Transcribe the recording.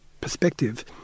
perspective